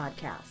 Podcast